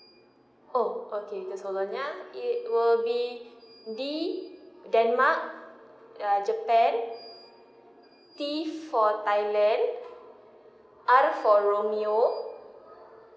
oh okay just hold on ya it will be D denmark uh japan T for thailand R for romeo